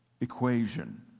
equation